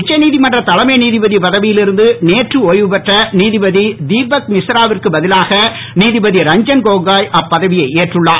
உச்சநீதிமன்ற தலைமை நீதிபதி பதவியில் இருந்து நேற்று ஒய்வு பெற்ற நீதிபதி தீபக் மிஷ்ராவிற்கு பதிலாக நீதிபதி ரஞ்சன் கோகோய் அப்பதவியை ஏற்றுள்ளார்